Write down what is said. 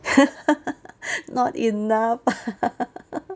not enough ah